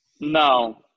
No